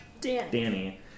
Danny